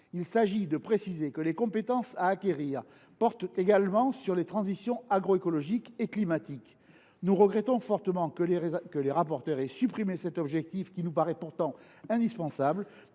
Il vise à préciser que les compétences à acquérir portent également sur les transitions agroécologiques et climatiques. Nous regrettons fortement que les rapporteurs aient supprimé cet objectif, qui nous paraît pourtant indispensable,